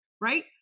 right